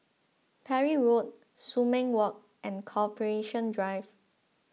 Parry Road Sumang Walk and Corporation Drive